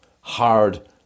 hard